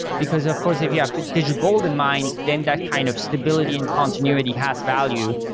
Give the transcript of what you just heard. because of course, if you have digital gold in mind, then that kind of stability and continuity has value.